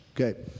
okay